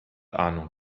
ahnung